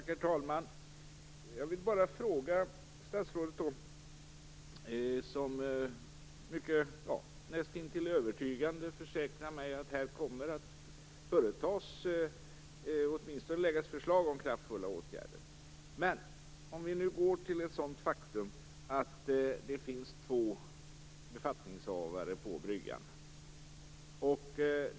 Herr talman! Statsrådet försäkrade mig nästintill övertygande att det åtminstone kommer att läggas fram förslag om kraftfulla åtgärder. Men jag kan ta ett exempel. Låt oss säga att det finns två befattningshavare på bryggan.